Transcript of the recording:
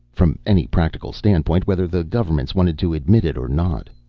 from any practical standpoint, whether the governments wanted to admit it or not.